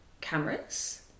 cameras